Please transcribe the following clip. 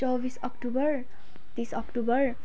चौबिस अक्टोबर तिस अक्टोबर